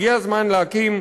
הגיע הזמן להקים,